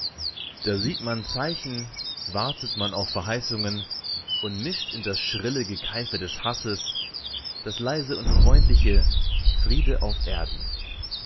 da sieht man zeichen wartet man auf verheißungen und mischt in das schrille gekeife des hasses das leise und freundliche friede auf erden